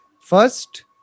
First